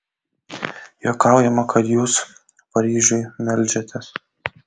juokaujama kad jūs paryžiui meldžiatės